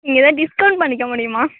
எதாவது டிஸ்கௌண்ட் பண்ணிக்க முடியுமா